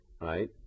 right